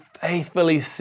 faithfully